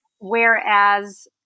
Whereas